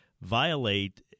violate